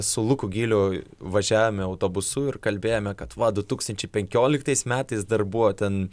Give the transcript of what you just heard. su luku gyliu važiavome autobusu ir kalbėjome kad va du tūkstančiai penkioliktais metais dar buvo ten